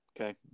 Okay